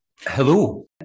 Hello